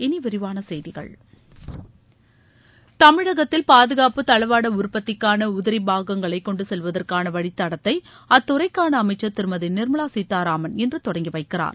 இனி விரிவான செய்திகள் தமிழகத்தில் பாதுகாப்பு தளவாட உற்பத்திக்கான உதிரி பாகங்களை கொண்டு செல்வதற்கான வழிதடத்தை அத்துறைக்கான அமைச்சர் திருமதி நிர்மலா சீதாராமன் இன்று தொடங்கி வைக்கிறார்